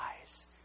eyes